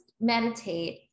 meditate